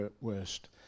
worst